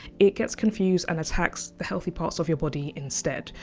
it gets confused and attacks the healthy parts of your body instead.